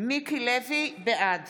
בעד